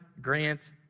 Grant